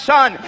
Son